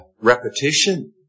repetition